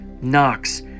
Knox